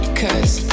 cause